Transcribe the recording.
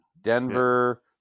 Denver